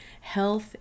health